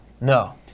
No